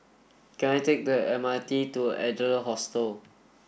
can I take the M R T to Adler Hostel